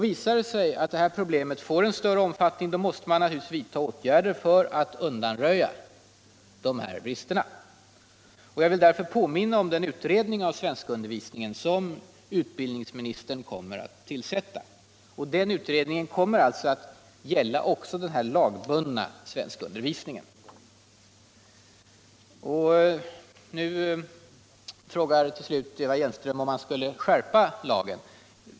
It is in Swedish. Visar det sig att problemet får större omfattning, måste man naturligtvis vidta åtgärder för att undanröja bristerna. Jag vill därför påminna om den utredning av svenskundervisningen som utbildningsministern kommer att tillsätta. Den utredningen kommer också att gälla den här lagbundna svenskundervisningen. Till slut frågar Eva Hjelmström om man borde skärpa lagen.